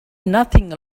nothing